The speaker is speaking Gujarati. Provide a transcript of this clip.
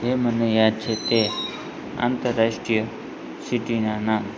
જે મને યાદ છે તે આંતરરાષ્ટ્રીય સિટીનાં નામ